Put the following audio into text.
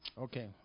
Okay